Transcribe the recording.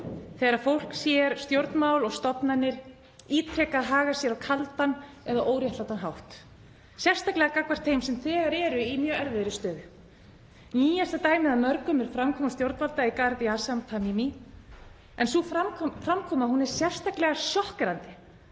þegar fólk sér stjórnmál og stofnanir ítrekað haga sér á kaldan eða óréttlátan hátt, sérstaklega gagnvart þeim sem þegar eru í mjög erfiðri stöðu? Nýjasta dæmið af mörgum er framkoma stjórnvalda í garð Yazans Tamimis en sú framkoma er sérstaklega sjokkerandi